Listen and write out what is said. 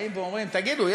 באים ואומרים: תגידו,